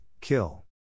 Kill